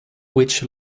which